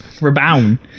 rebound